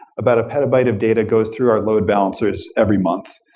about a petabyte of data goes through our load balancers every month,